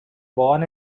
born